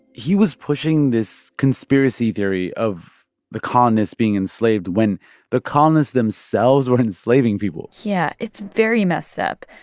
he was pushing this conspiracy theory of the colonists being enslaved when the colonists themselves were enslaving people yeah, it's very messed up.